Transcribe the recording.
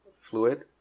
fluid